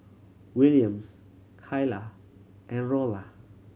Williams Kaylah and Rolla